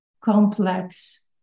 complex